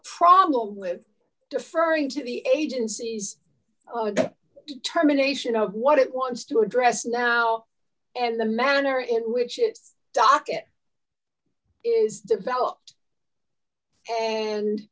problem with deferring to the agencies determination of what it wants to address now and the manner in which it docket is developed and